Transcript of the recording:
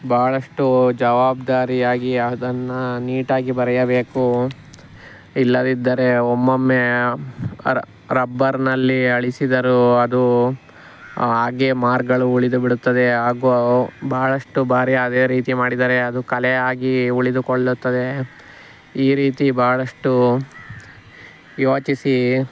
ಭಾಳಷ್ಟು ಜವಾಬ್ದಾರಿಯಾಗಿ ಅದನ್ನು ನೀಟಾಗಿ ಬರೆಯಬೇಕು ಇಲ್ಲದ್ದಿದರೆ ಒಮ್ಮೊಮ್ಮೆ ಅರ್ ರಬ್ಬರ್ನಲ್ಲಿ ಅಳಿಸಿದರೂ ಅದು ಹಾಗೇ ಮಾರ್ಕ್ಗಳು ಉಳಿದು ಬಿಡುತ್ತದೆ ಹಾಗೂ ಬಹಳಷ್ಟು ಬಾರಿ ಅದೇ ರೀತಿ ಮಾಡಿದರೆ ಅದು ಕಲೆಯಾಗಿ ಉಳಿದುಕೊಳ್ಳುತ್ತದೆ ಈ ರೀತಿ ಬಹಳಷ್ಟು ಯೋಚಿಸಿ